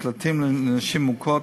מקלטים לנשים מוכות,